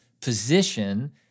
position